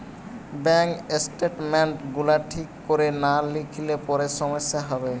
bank statement গুলা ঠিক কোরে না লিখলে পরে সমস্যা হবে